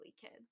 kids